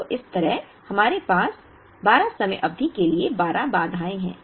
तो इस तरह हमारे पास 12 समय अवधि के लिए 12 बाधाएं हैं